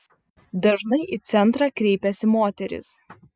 dažnai į centrą kreipiasi moterys